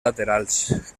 laterals